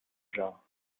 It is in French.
genre